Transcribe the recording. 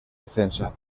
defensa